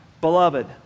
Beloved